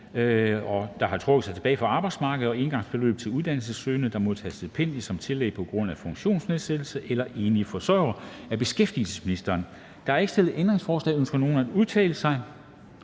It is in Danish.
der har trukket sig tilbage fra arbejdsmarkedet, og engangsbeløb til uddannelsessøgende, der modtager stipendium som tillæg på grund af en funktionsnedsættelse eller som enlige forsørgere. Af beskæftigelsesministeren (Peter Hummelgaard). (Fremsættelse